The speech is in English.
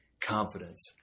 confidence